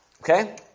Okay